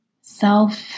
self